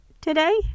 today